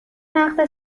نقد